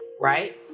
right